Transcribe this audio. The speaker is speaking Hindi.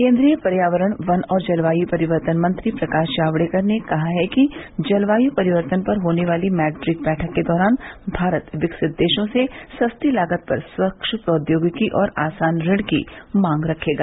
केन्द्रीय पर्यावरण वन और जलवायु परिवर्तन मंत्री प्रकाश जावड़ेकर ने कहा है कि जलवायु परिवर्तन पर होने वाली मैड्रिड बैठक के दौरान भारत विकसित देशों से सस्ती लागत पर स्वच्छ प्रौद्योगिकी और आसान ऋण की मांग रखेगा